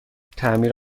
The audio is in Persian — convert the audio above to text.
تعمیر